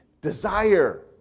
desire